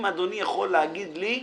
אם אדוני יכול להגיד לי,